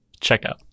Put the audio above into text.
Checkout